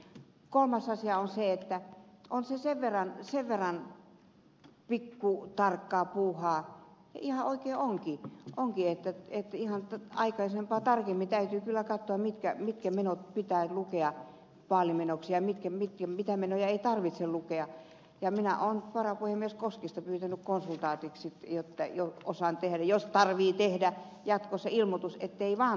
kolmas asia on se että on se sen verran pikkutarkkaa puuhaa ja ihan oikein onkin että aikaisempaa tarkemmin täytyy kyllä katsoa mitkä menot pitää lukea vaalimenoksi ja mitä menoja ei tarvitse lukea ja minä olen varapuhemies koskista pyytänyt konsultiksi jotta osaan tehdä jos tarvitsee tehdä jatkossa ilmoitus ettei vaan tule väärin